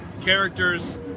characters